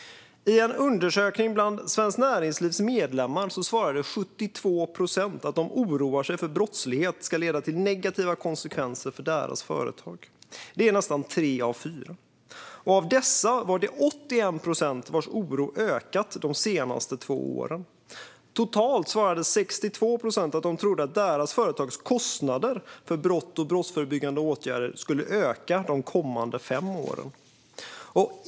I en undersökning bland Svenskt Näringslivs medlemmar svarade 72 procent att de oroar sig för att brottslighet kan leda till negativa konsekvenser för deras företag. Det är nästan tre av fyra. Av dessa var det 81 procent vars oro hade ökat de senaste två åren. Totalt svarade 62 procent att de trodde att deras företags kostnader för brott och brottsförebyggande åtgärder skulle öka de kommande fem åren.